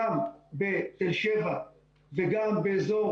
גם בתל שבע, וגם באזור